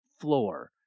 floor